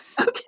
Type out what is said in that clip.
Okay